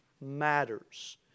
matters